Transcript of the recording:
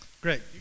Great